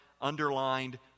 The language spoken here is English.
underlined